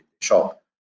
shop